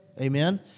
Amen